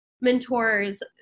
mentors